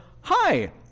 hi